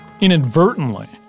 inadvertently